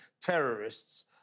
terrorists